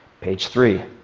page three.